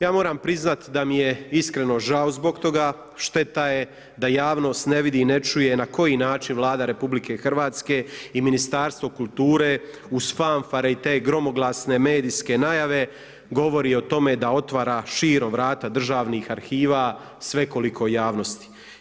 Ja moram priznati da mi je iskreno žao zbog toga, šteta je da javnost ne vidi i ne čuje na koji način Vlada RH i Ministarstvo kulture uz fanfare i te gromoglasne medijske najave govori o tome da otvara širom vrata državnih arhiva svekolikoj javnosti.